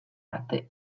arte